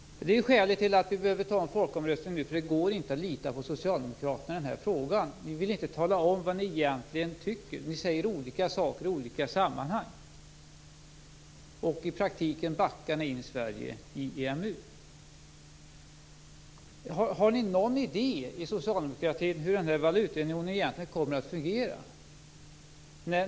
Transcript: Skälet till att vi behöver ha en folkomröstning nu är att det inte går att lita på er socialdemokrater i den här frågan. Ni vill inte tala om vad ni egentligen tycker. Ni säger olika saker i olika sammanhang. I praktiken backar ni in Sverige i EMU. Har ni i socialdemokratin någon idé om hur valutaunionen egentligen kommer att fungera?